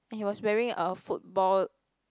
and he was wearing a football